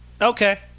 Okay